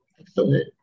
Excellent